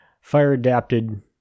fire-adapted